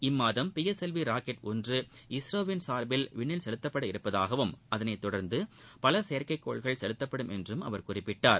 இம்மாதம் PSLV rocket ஒன்று இஸ்ரோவின் சார்பில் வின்ணில் செலுத்தப்பட உள்ளதாகவும் அதனைத் தொடர்ந்து பல செயற்கைக்கோள்கள் செலுத்தப்படும் என்றும் அவர் குறிப்பிட்டார்